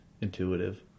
intuitive